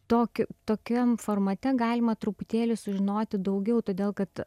tokiu tokiam formate galima truputėlį sužinoti daugiau todėl kad